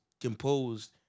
composed